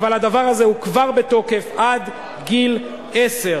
אבל הדבר הזה הוא כבר בתוקף: עד גיל עשר.